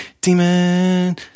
Demon